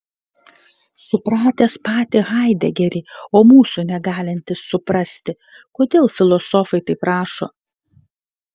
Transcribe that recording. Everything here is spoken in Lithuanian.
supratęs patį haidegerį o mūsų negalintis suprasti kodėl filosofai taip rašo